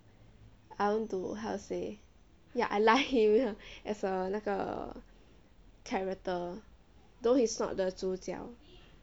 I want to how to say ya I like him as a 那个 character though he's not the 主角